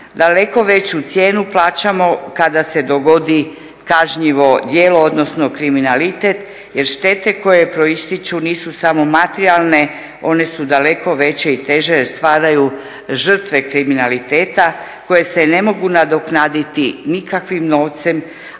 Daleko veću cijenu plaćamo kada se dogodi kažnjivo djelo odnosno kriminalitet jer štete koje proističu nisu samo materijalne, one su daleko veće i teže jer stvaraju žrtve kriminaliteta koje se ne mogu nadoknaditi nikakvim novcem